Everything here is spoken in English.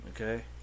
Okay